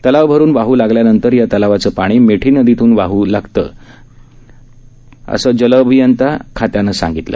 तलाव भरून वाह लागल्यानंतर या तलावाचे पाणी मिठी नदीतून वाह लागतं जाऊन मिळते असे जलअभियंता खात्याने सांगितले